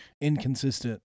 inconsistent